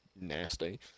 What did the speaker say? Nasty